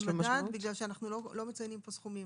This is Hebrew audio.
בגלל שאנחנו לא מציינים פה סכומים.